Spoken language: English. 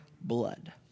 blood